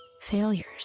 Failures